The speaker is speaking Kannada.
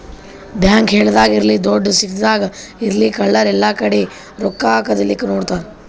ಬ್ಯಾಂಕ್ ಹಳ್ಳಿದಾಗ್ ಇರ್ಲಿ ದೊಡ್ಡ್ ಸಿಟಿದಾಗ್ ಇರ್ಲಿ ಕಳ್ಳರ್ ಎಲ್ಲಾಕಡಿ ರೊಕ್ಕಾ ಕದಿಲಿಕ್ಕ್ ನೋಡ್ತಾರ್